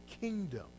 kingdom